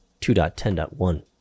2.10.1